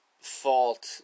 fault